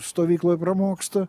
stovykloj pramoksta